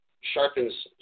sharpens